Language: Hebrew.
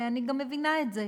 ואני גם מבינה את זה.